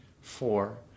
Four